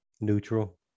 Neutral